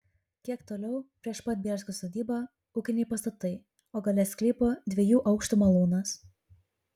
kiek toliau prieš pat bielskio sodybą ūkiniai pastatai o gale sklypo dviejų aukštų malūnas